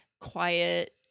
quiet